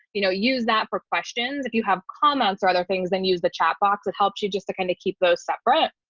you know use that for questions. if you have comments or other things, then use the chat box that helps you just to kind of keep those separate.